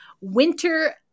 winter